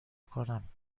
کنم